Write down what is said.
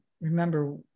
remember